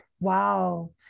Wow